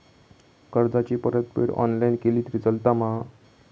कर्जाची परतफेड ऑनलाइन केली तरी चलता मा?